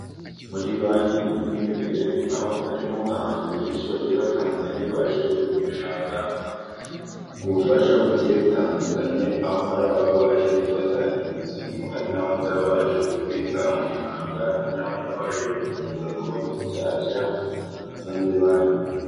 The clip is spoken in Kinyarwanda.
Muri banki mo imbere aho harimo abantu benshi bagiye batandukanye, baje gushaka ubufasha bugiye butandukanye aho haba hari ababa baje gufata inguzanyo, hari n'abandi baba baje kubitsa amafaranga, hari n'abandi baba baje gufungura konti nshyashya zo muri banki.